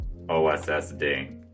OSSD